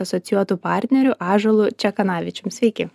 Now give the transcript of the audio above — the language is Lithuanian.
asocijuotu partneriu ąžuolu čekanavičium sveiki